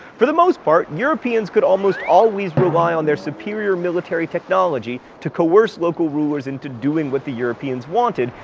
for the most part, europeans could almost always rely on their superior military technology to coerce local rulers into doing what the europeans wanted.